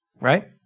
right